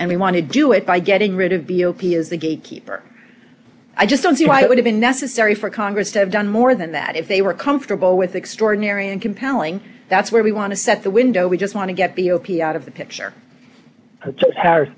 and we want to do it by getting rid of b o p s the gatekeeper i just don't see why it would have been necessary for congress to have done more than that if they were comfortable with extraordinary and compelling that's where we want to set the window we just want to get b o p s out of the picture